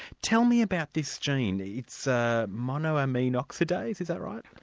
tell me about this gene. it's ah monoaminoxidase, is that right?